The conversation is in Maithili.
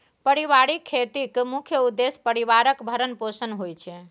परिबारिक खेतीक मुख्य उद्देश्य परिबारक भरण पोषण होइ छै